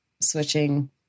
switching